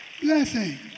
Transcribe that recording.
blessing